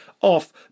off